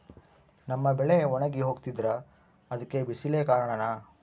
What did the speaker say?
ನಮ್ಮ ಬೆಳೆ ಒಣಗಿ ಹೋಗ್ತಿದ್ರ ಅದ್ಕೆ ಬಿಸಿಲೆ ಕಾರಣನ?